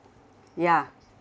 ya